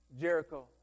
Jericho